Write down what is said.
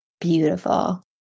Beautiful